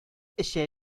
эчә